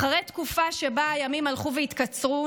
אחרי תקופה שבה הימים הלכו והתקצרו,